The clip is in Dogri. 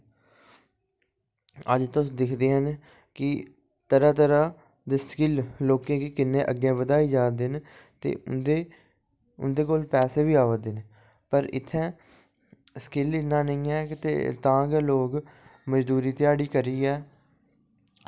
अज्ज तुस दिखदे न कि तरह् तरह् दे स्किल लोकें गी किन्ने अग्गें बधाई जा करदे न ते उं'दे उं'दे कोल पैसे बी आवा दे न पर इत्थें स्किल इन्ना निं ऐ कि तां गै लोग मजदूरी ध्याड़ी करियै